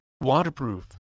waterproof